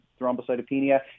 thrombocytopenia